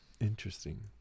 interesting